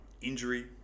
injury